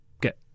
get